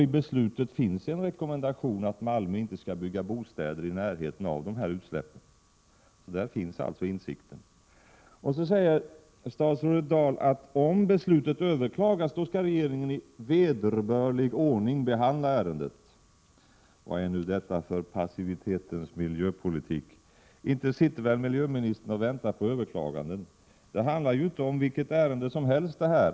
I beslutet finns nämligen en rekommendation att man inte skall bygga bostäder i närheten av dessa utsläpp. Där finns alltså en insikt. Statsrådet Dahl säger vidare att om beslutet överklagas, skall regeringen ”i vederbörlig ordning” behandla ärendet. Vad är nu detta för passivitetens miljöpolitik? Inte sitter väl miljöministern och väntar på överklaganden. Det handlar här inte om vilket ärende som helst.